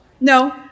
No